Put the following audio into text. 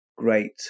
great